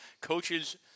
Coaches